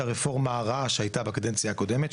הרפורמה הרעה שהייתה בקדנציה הקודמת,